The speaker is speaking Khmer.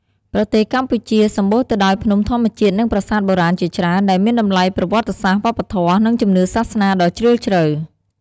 ប្រទេសកម្ពុជាសម្បូរទៅដោយភ្នំធម្មជាតិ និងប្រាសាទបុរាណជាច្រើន ដែលមានតម្លៃប្រវត្តិសាស្ត្រ វប្បធម៌ និងជំនឿសាសនាដ៏ជ្រាលជ្រៅ។